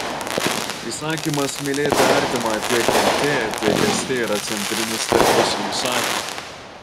įsakymas mylėti artimą tiek nt tiek st yra centrinis tarp visų įsakymų